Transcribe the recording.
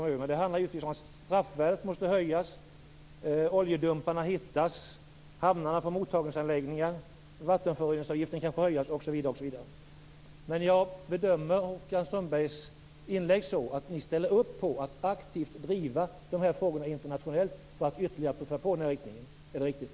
Det handlar givetvis om att straffvärdet måste höjas, oljedumparna hittas, hamnar får mottagningsanläggningar, avgiften för vattenförorening höjs osv. Jag bedömer Håkan Strömbergs inlägg så att ni ställer upp på att aktivt driva frågorna internationellt för att ytterligare puffa på i den riktningen. Är det riktigt?